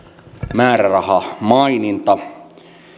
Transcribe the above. määrärahamaininta